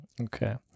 Okay